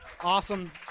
Awesome